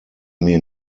mir